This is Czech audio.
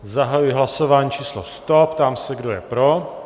Zahajuji hlasování číslo 100 a ptám se, kdo je pro?